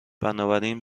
بنابراین